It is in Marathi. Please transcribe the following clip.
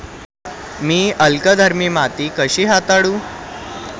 मी अल्कधर्मी माती कशी हाताळू?